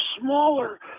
smaller